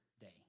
day